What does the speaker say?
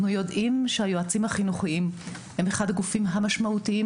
ואנחנו יודעים שהיועצים החינוכיים הם אחד הגופים המשמעותיים